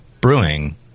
Brewing